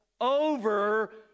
over